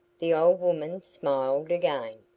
the old woman smiled again.